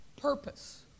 purpose